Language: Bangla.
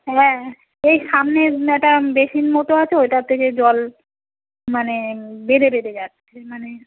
হ্যাঁ এই সামনেটা বেসিন মতো আছে ওইট থেকে জল মানে বেধে বেড়ে যাচ্ছে মানে